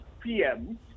PM